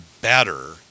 better